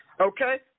Okay